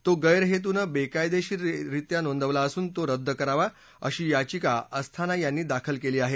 तो गैरहेतूनं बेकायदेशीररित्या नोंदवला असून रद्द करावा अशी याचिका अस्थाना यांनी दाखल केली आहे